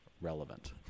relevant